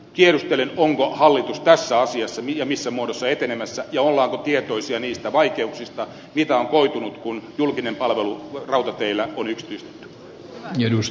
tiedustelen onko hallitus tässä asiassa ja missä muodossa etenemässä ja ollaanko tietoisia niistä vaikeuksista mitä on koitunut kun julkinen palvelu rautateillä on yksityistetty